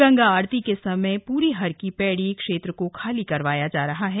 गंगा आरती के समय पूरी हरकी पैड़ी क्षेत्र को खाली करवाया जा रहा है